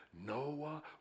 Noah